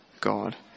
god